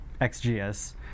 XGS